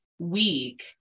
week